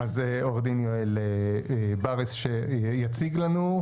אז עורך דין יואל בריס שיציג לנו,